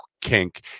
kink